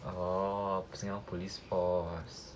orh singapore police force